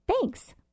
Thanks